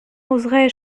oserais